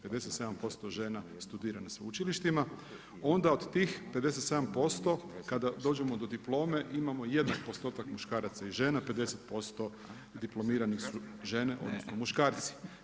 57% žena studira na sveučilištima, onda od tih 57% kada dođemo do diplome imamo jednak postotak muškaraca i žena, 50% diplomirane su žene odnosno muškarci.